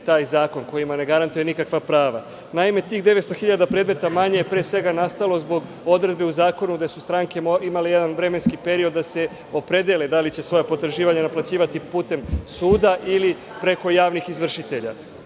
taj zakon koji ne garantuje nikakva prava? Naime, tih 900.000 predmeta manje je pre svega nastalo zbog odredbe u zakonu gde su stranke imale jedan vremenski period da se opredele da li će svoja potraživanja naplaćivati putem suda ili preko javnih izvršitelja.